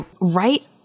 right